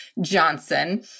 Johnson